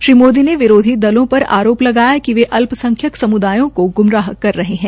श्री मोदी ने विरोधी दलों पर आरोप लगाया है कि वे अल्संख्यक सम्दाय को ग्मराह कर रहे है